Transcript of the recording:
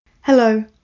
Hello